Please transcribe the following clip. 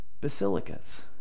basilicas